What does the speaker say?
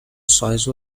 size